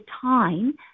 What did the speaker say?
time